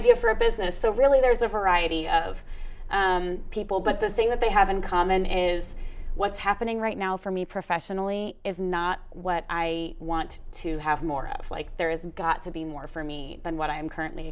idea for a business so really there's a variety of people but the thing that they have in common is what's happening right now for me professionally is not what i want to have more of like there is got to be more for me than what i'm currently